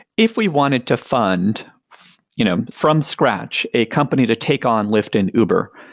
if we wanted to fund you know from scratch, a company to take on lyft and uber,